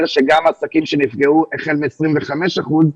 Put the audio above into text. על כך שגם עסקים שנפגעו החל מ-25 אחוזים,